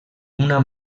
una